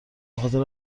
بخاطر